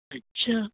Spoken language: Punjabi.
ਅੱਛਾ